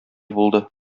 булды